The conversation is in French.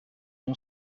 non